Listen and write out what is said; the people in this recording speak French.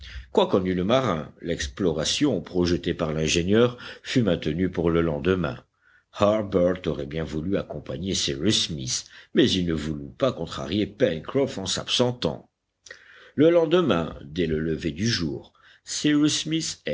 quoi qu'en eût le marin l'exploration projetée par l'ingénieur fut maintenue pour le lendemain harbert aurait bien voulu accompagner cyrus smith mais il ne voulut pas contrarier pencroff en s'absentant le lendemain dès le lever du jour cyrus smith